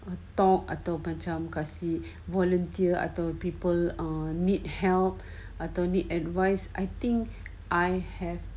a talk atau macam kasih volunteer atau told people or need help atau need advice I think I have